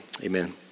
amen